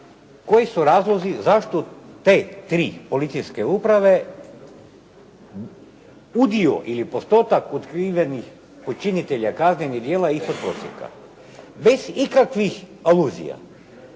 koji su razlozi zašto te tri policijske uprave udio ili postotak otkrivenih počinitelja kaznenih djela ispod prosjeka. Bez ikakvih aluzija,